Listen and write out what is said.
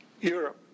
Europe